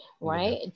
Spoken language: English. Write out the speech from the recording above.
right